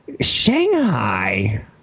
Shanghai